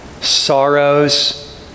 Sorrows